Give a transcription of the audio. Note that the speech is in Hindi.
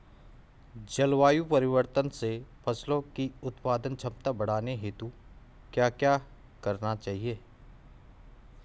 जलवायु परिवर्तन से फसलों की उत्पादन क्षमता बढ़ाने हेतु क्या क्या करना चाहिए?